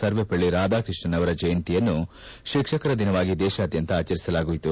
ಸರ್ವಪಲ್ಲಿ ರಾಧಾಕೃಷ್ಣನ್ ಅವರ ಜಯಂತಿಯನ್ನು ಶಿಕ್ಷಕರ ದಿನವಾಗಿ ದೇಶಾದ್ಯಂತ ಆಚರಿಸಲಾಯಿತು